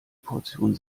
portion